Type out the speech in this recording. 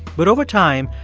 but over time,